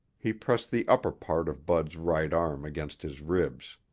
he pressed the upper part of bud's right arm against his ribs.